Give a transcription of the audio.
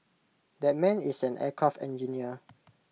that man is an aircraft engineer